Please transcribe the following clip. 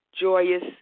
joyous